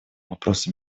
вопроса